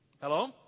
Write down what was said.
Hello